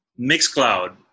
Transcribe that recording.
Mixcloud